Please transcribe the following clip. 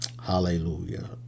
hallelujah